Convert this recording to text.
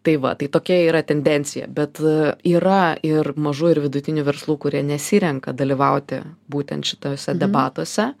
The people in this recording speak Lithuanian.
tai va tai tokia yra tendencija bet yra ir mažų ir vidutinių verslų kurie nesirenka dalyvauti būtent šituose debatuose